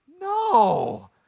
no